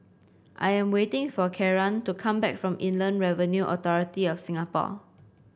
I am waiting for Kieran to come back from Inland Revenue Authority of Singapore